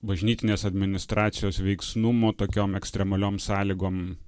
bažnytinės administracijos veiksnumo tokiom ekstremaliom sąlygom